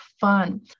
fun